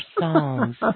songs